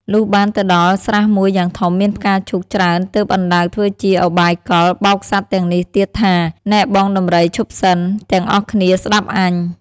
លុះបានទៅដល់ស្រះមួយយ៉ាងធំមានផ្កាឈូកច្រើនទើប អណ្ដើកធ្វើជាឧបាយកលបោកសត្វទាំងនេះទៀតថា៖ "នែបងដំរីឈប់សិន! ទាំងអស់គ្នាស្តាប់អញ។